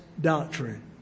doctrine